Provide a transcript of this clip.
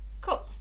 Cool